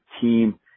team